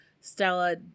Stella